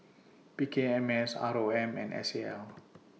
P K M S R O M and S A L